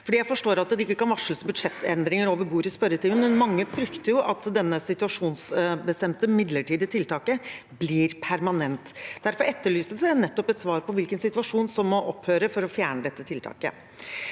Jeg forstår at det ikke kan varsles budsjettendringer over bordet i spørretimen, men mange frykter at dette situasjonsbestemte, midlertidige tiltaket blir permanent. Derfor etterlyses det nettopp et svar på hvilken situasjon som må opphøre for å fjerne dette tiltaket.